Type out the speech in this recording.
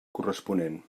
corresponent